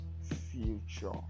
future